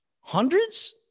hundreds